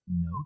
note